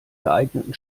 geeigneten